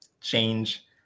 change